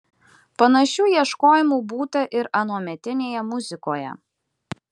panašių ieškojimų būta ir anuometinėje muzikoje